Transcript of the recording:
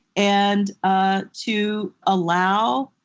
and ah to allow,